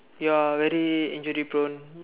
you're very injury prone